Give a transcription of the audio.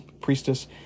Priestess